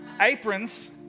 Aprons